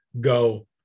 go